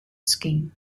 skin